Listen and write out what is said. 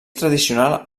tradicional